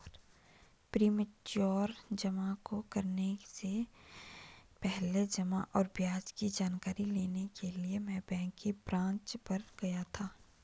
premature जमा को निकलने से पहले जमा और ब्याज की जानकारी लेने के लिए मैं बैंक की ब्रांच पर गया था